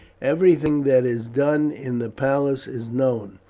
everything that is done in the palace is known,